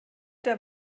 der